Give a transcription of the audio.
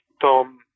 tom